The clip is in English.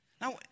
Now